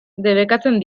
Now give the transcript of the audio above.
debekatzen